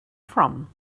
from